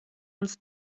uns